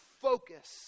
focus